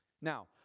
Now